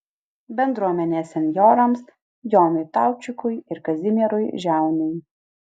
bendruomenės senjorams jonui taučikui ir kazimierui žiauniui